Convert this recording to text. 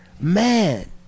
man